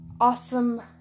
Awesome